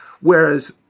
Whereas